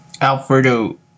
Alfredo